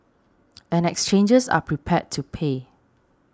and exchanges are prepared to pay